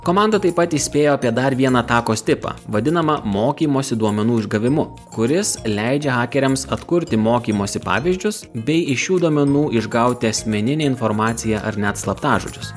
komanda taip pat įspėjo apie dar vieną atakos tipą vadinamą mokymosi duomenų išgavimu kuris leidžia hakeriams atkurti mokymosi pavyzdžius bei iš šių duomenų išgauti asmeninę informaciją ar net slaptažodžius